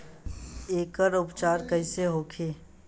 एकर उपचार कईसे होखे?